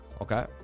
Okay